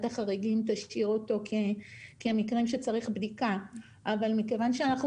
החריגים תשאיר אותו כמקרים שצריכים בדיקה אבל מכיוון שאנחנו